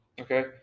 Okay